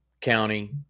county